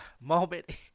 moment